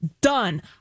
Done